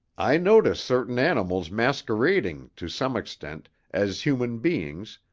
i notice certain animals masquerading to some extent as human beings,